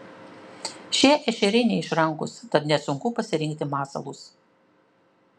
šie ešeriai neišrankūs tad nesunku pasirinkti masalus